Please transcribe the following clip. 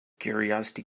curiosity